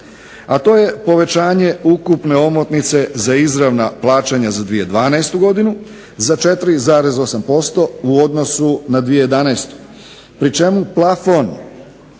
a to je povećanje ukupne omotnice za izravna plaćanja za 2012. godinu za 4,8% u odnosu na 2011. pri čemu plafon